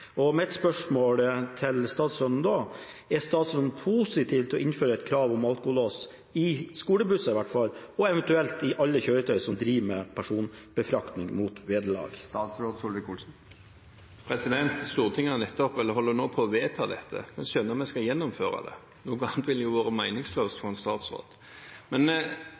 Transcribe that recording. og mitt spørsmål til statsråden er da: Er statsråden positiv til å innføre et krav om alkolås i skolebusser i hvert fall, og eventuelt i alle kjøretøy som driver med personbefraktning mot vederlag? Stortinget holder nå på med å vedta dette – kan skjønne vi skal gjennomføre det. Noe annet ville jo vært meningsløst for en statsråd.